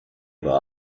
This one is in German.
war